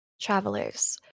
travelers